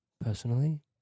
Personally